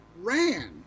ran